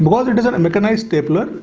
but does it and make a nice stapler?